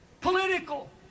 political